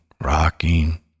rocking